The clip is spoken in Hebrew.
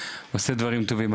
עושה דברים טובים.